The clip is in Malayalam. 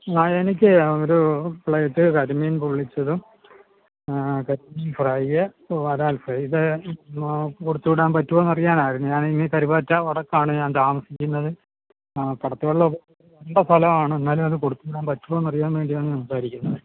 ആ എനിക്കെ ഒരു പ്ലെയ്ററ്റ് കരിമീൻ പൊള്ളിച്ചതും പെപ്പർ ഫ്രൈ വരാൽ ഫ്രൈ ഇത് കൊടുത്തുവിടാൻ പറ്റുവോന്ന് അറിയാൻ വേണ്ടീട്ടായിരുന്നു കരുവാറ്റാക്കടുത്താണ് ഞാൻ താമസിക്കുന്നത് ആ കടത്തിവെല്ലൊ നല്ല സ്ഥലവാണ് ഇന്നാലും കൊടുത്തു വിടാൻ പറ്റുവോ അറിയാൻ വേണ്ടിയാണ് സംസാരിക്കുന്നത്